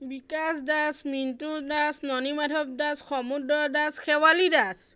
Bikash Das Mintu Das Nanimadhab Das Samadra Das Shewali Das